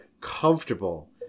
comfortable